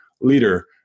leader